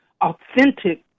authentic